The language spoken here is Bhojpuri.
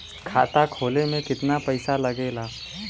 खाता खोले में कितना पईसा लगेला?